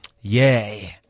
Yay